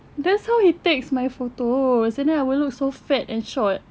that's how he takes my photos and then I'll look so fat and short